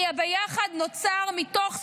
כי הביחד נוצר מתוך סולידריות,